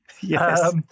Yes